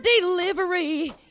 delivery